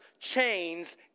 chains